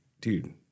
dude